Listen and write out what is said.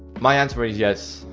my answer is yes.